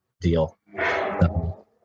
deal